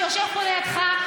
שיושב פה לידך,